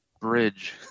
bridge